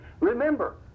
Remember